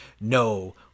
no